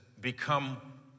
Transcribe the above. become